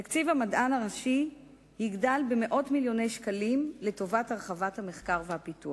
תקציב המדען הראשי יגדל במאות מיליוני שקלים לטובת הרחבת המחקר והפיתוח.